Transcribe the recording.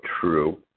true